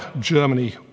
Germany